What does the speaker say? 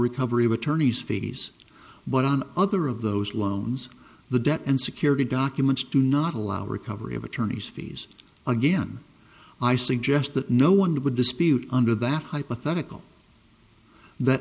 recovery of attorneys fees but on other of those loans the debt and security documents do not allow recovery of attorneys fees again i suggest that no one would dispute under that hypothetical that